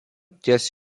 ties